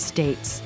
States